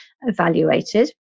evaluated